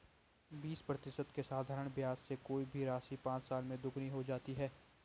बीस प्रतिशत के साधारण ब्याज से कोई भी राशि पाँच साल में दोगुनी हो जाती है